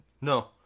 no